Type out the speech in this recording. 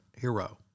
hero